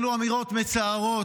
אלה אמירות מצערות.